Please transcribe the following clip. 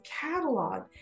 catalog